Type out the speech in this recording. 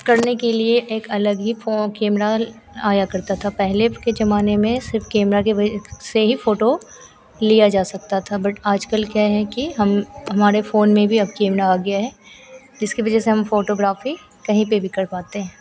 करने के लिए एक अलग ही फ़ोन कैमरा आया करता था पहले के ज़माने में सिर्फ कैमरा की वज़ह से ही फ़ोटो ली जा सकती थी बट आजकल क्या है कि हम हमारे फ़ोन में भी कैमरा आ गया है जिसकी वज़ह से हम फ़ोटोग्राफी कहीं पर भी कर पाते हैं